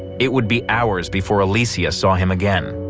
it would be hours before alecia saw him again.